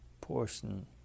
portion